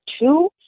two